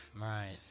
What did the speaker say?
right